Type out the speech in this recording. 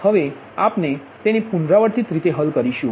હવે આપને તેને પુનરાવર્તિત રીતે હલ કરોશુ